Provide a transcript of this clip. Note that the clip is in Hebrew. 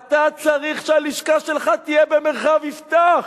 אתה צריך שהלשכה שלך תהיה במרחב יפתח,